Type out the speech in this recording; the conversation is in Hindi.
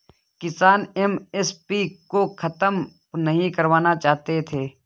किसान एम.एस.पी को खत्म नहीं करवाना चाहते थे